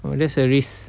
well that's a risk